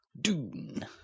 Dune